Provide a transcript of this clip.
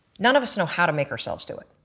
none of us know how to make ourselves do it.